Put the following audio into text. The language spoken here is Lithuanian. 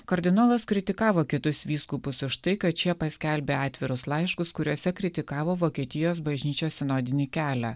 kardinolas kritikavo kitus vyskupus už tai kad šie paskelbė atvirus laiškus kuriuose kritikavo vokietijos bažnyčios sinodinį kelią